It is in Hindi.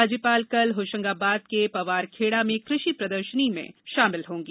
राज्यपाल कल होशंगाबाद के पवारखेड़ा में कृषि प्रदर्शनी में शामिल होंगी